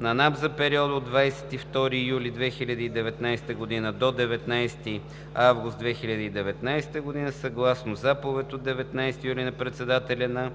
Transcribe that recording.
на НАП за периода от 22 юли 2019 г. до 19 август 2019 г. съгласно Заповед от 19 юли 2019 г. на председателя на